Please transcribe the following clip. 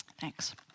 Thanks